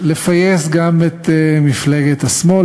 לפייס גם את מפלגת השמאל,